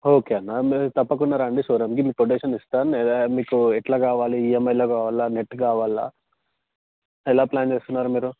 okay అన్న అన్న మీరు తప్పకుండా రండి షోరూమ్కి మీకు కొటేషన్ ఇస్తాము మీకు ఎట్లా కావాలి ఈఎమ్ఐలో కావాలా నెట్ కావాలా ఎలా ప్లాన్ చేస్తున్నారు మీరు